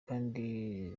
kandi